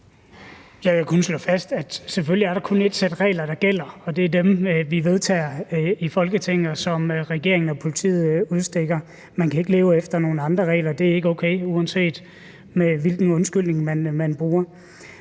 Jeg kan kun slå fast, at der selvfølgelig kun er ét sæt regler, der gælder, og det er dem, vi vedtager i Folketinget, og som regeringen og politiet udstikker. Man kan ikke leve efter nogle andre regler – det er ikke okay, uanset hvilken undskyldning man bruger.